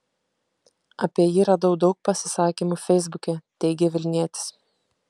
apie jį radau daug pasisakymų feisbuke teigė vilnietis